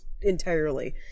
entirely